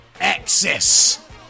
access